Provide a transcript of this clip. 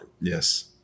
Yes